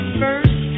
first